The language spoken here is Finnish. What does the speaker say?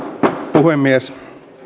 puhemies